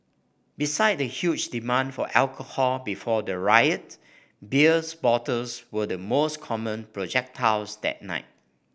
beside the huge demand for alcohol before the riot beers bottles were the most common projectiles that night